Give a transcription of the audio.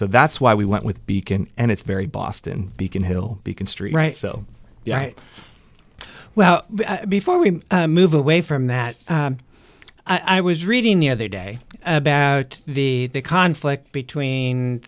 so that's why we went with beacon and it's very boston beacon hill beacon street right so yeah well before we move away from that i was reading the other day about the the conflict between